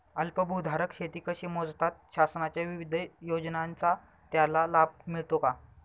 अल्पभूधारक शेती कशी मोजतात? शासनाच्या विविध योजनांचा त्याला लाभ मिळतो का?